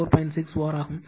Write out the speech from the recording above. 6 var ஆகும்